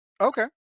Okay